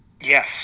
yes